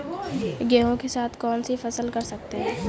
गेहूँ के साथ कौनसी फसल कर सकते हैं?